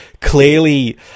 clearly